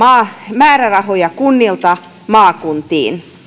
määrärahoja kunnilta maakuntiin